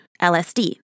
LSD